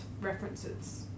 references